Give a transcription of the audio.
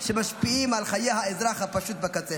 שמשפיעים על חיי האזרח הפשוט בקצה.